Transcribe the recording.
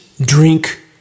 drink